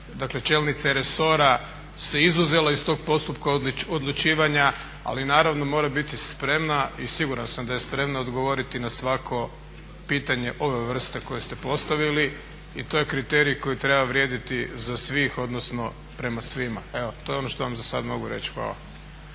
dakle čelnice resora, se izuzela iz tog postupka odlučivanja ali naravno mora biti spremna i siguran sam da je spremna odgovoriti na svako pitanje ove vrste koje ste postavili. To je kriterij koji treba vrijediti za svih odnosno prema svima. Evo, to je ono što vam zasada mogu reći. Hvala.